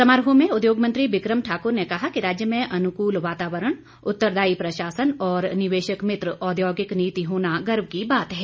समारोह में उद्योग मंत्री बिक्रम ठाकर ने कहा कि राज्य में अनुकूल वातावरण उतरदायी प्रशासन और निवेशक मित्र औद्योगिक नीति होना गर्व की बात है